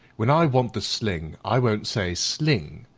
when i want the sling, i won't say sling,